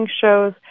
shows